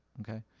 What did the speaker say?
okay